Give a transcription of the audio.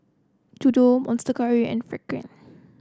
Dodo Monster Curry and Frixion